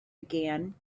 again